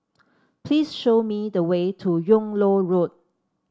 please show me the way to Yung Loh Road